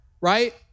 right